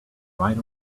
right